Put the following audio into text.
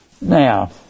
Now